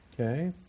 Okay